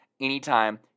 anytime